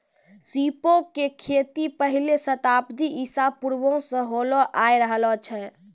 सीपो के खेती पहिले शताब्दी ईसा पूर्वो से होलो आय रहलो छै